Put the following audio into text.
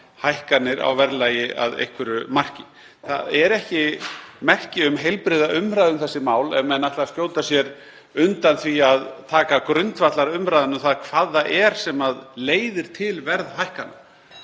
hækkanir á verðlagi að einhverju marki. Það er ekki merki um heilbrigða umræðu um þessi mál ef menn ætla að skjóta sér undan því að taka grundvallarumræðu um hvað það er sem leiðir til verðhækkana.